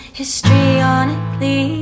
histrionically